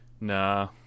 Nah